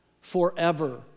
forever